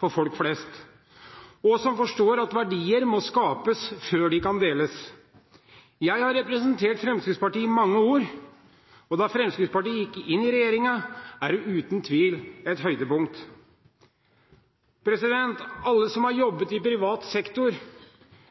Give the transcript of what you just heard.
for folk flest, og som forstår at verdier må skapes før de kan deles. Jeg har representert Fremskrittspartiet i mange år, og da Fremskrittspartiet gikk inn i regjeringen, var det uten tvil et høydepunkt. Alle som har jobbet i privat sektor,